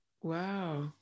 wow